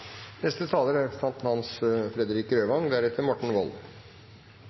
Neste taler er representanten